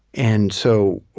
and so